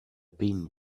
been